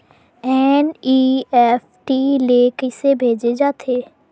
NEFT ले कइसे भेजे जाथे?